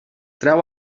treu